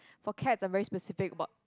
for cats are very specific about